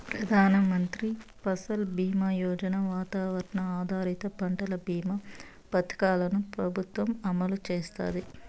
ప్రధాన మంత్రి ఫసల్ బీమా యోజన, వాతావరణ ఆధారిత పంటల భీమా పథకాలను ప్రభుత్వం అమలు చేస్తాంది